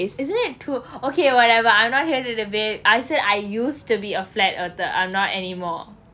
isn't it to okay whatever I'm not here to debate I said I used to be a flat earther I'm not anymore